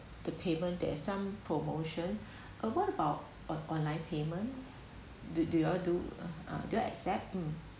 the payment that is some promotion ah what about on~ online payment do do you all uh do you accept um